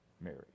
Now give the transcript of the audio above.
Mary